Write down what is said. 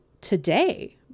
today